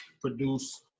produce